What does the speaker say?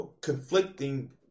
conflicting